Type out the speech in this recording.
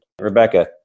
Rebecca